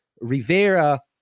Rivera